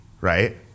right